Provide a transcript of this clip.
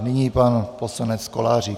Nyní pan poslanec Kolářík.